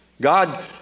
God